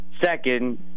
second